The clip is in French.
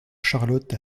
charlotte